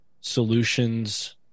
solutions